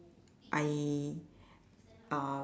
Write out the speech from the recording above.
I uh